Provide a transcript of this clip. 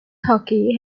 hockey